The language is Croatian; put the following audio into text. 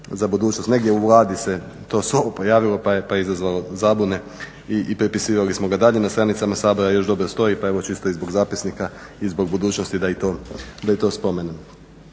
za budućnost. Negdje u Vladi se to slovo pojavilo pa je izazvalo zabune i prepisivali smo ga. Dalje na stranicama Sabora još dobro stoji, pa evo čisto i zbog zapisnika i zbog budućnosti da i to spomenem.